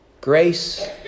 Grace